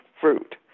fruit